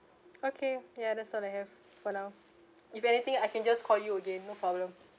okay ya that's all I have for now if anything I can just call you again no problem